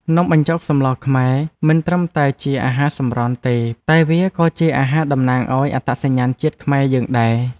នំបញ្ចុកសម្លខ្មែរមិនត្រឹមតែជាអាហារសម្រន់ទេតែវាក៏ជាអាហារតំណាងឱ្យអត្តសញ្ញាណជាតិខ្មែរយើងដែរ។